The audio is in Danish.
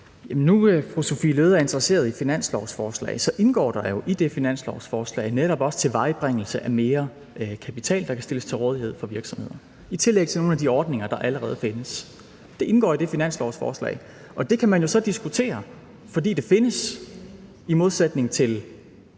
Nu, hvor fru Sophie Løhde er interesseret i finanslovsforslaget, vil jeg sige, at der jo i det finanslovsforslag netop også indgår en tilvejebringelse af mere kapital, der kan stilles til rådighed for virksomheder – i tillæg til nogle af de ordninger, der allerede findes. Det indgår i det finanslovsforslag. Og det kan man jo så diskutere, fordi det findes – i modsætning til